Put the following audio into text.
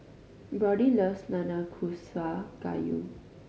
Brodie loves Nanakusa Gayu